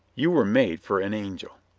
you were made for an angel.